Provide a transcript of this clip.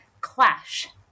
clash